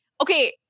okay